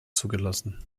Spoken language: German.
zugelassen